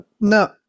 No